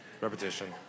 Repetition